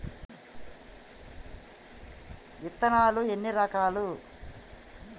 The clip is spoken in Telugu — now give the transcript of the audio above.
విత్తనాలు ఎన్ని రకాలు?